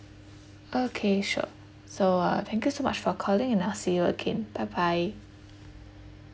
okay sure so uh and thank you so much for calling and I'll see you again bye bye